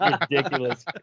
Ridiculous